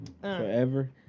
Forever